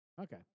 Okay